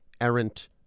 errant